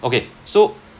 okay so